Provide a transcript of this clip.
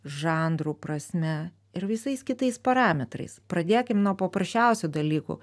žanrų prasme ir visais kitais parametrais pradėkim nuo paprasčiausių dalykų